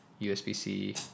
USB-C